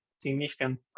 significant